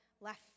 left